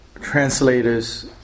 Translators